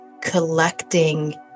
collecting